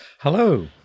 Hello